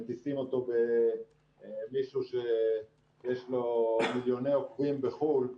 מישהו שיש לו מיליוני עוקבים בחו"ל,